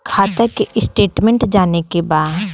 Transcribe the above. खाता के स्टेटमेंट जाने के बा?